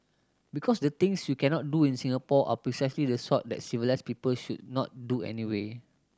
because the things you cannot do in Singapore are precisely the sort that civilised people should not do anyway